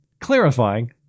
clarifying